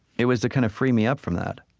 it was to kind of free me up from that.